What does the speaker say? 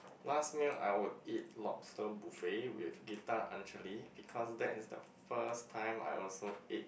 last meal I would eat lobster buffet with Gita-Angeli because that is the first time I also eat